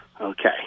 Okay